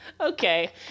Okay